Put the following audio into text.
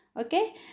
Okay